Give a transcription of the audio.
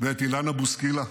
ואת אילנה בוסקילה.